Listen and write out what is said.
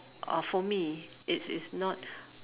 uh for me it's it's not